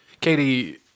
Katie